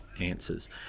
answers